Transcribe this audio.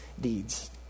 deeds